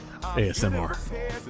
ASMR